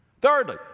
thirdly